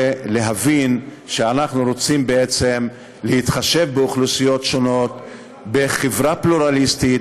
ולהבין שאנחנו רוצים בעצם להתחשב באוכלוסיות שונות בחברה פלורליסטית.